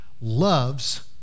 loves